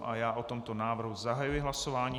O tomto návrhu zahajuji hlasování.